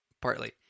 Partly